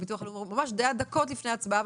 זה היה ממש דקות לפני ההצבעה,